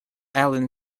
allan